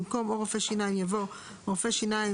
במקום "או רופא שיניים" יבוא "רופא שיניים,